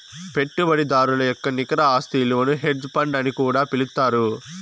పెట్టుబడిదారుల యొక్క నికర ఆస్తి ఇలువను హెడ్జ్ ఫండ్ అని కూడా పిలుత్తారు